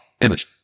image